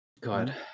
God